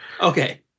Okay